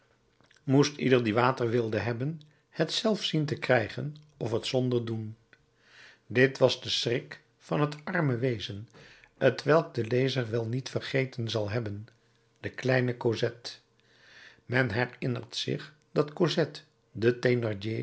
moest ieder die water wilde hebben het zelf zien te krijgen of het zonder doen dit was de schrik van het arme wezen t welk de lezer wel niet vergeten zal hebben de kleine cosette men herinnert zich dat cosette den